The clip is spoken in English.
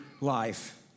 life